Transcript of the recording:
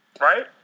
right